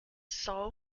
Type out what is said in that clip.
soul